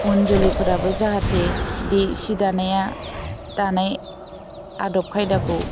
उन जोलैफोराबो जाहाथे बे सि दानाया दानाय आदब खायदाखौ